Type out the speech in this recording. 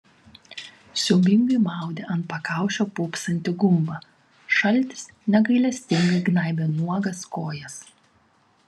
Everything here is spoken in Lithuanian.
siaubingai maudė ant pakaušio pūpsantį gumbą šaltis negailestingai gnaibė nuogas kojas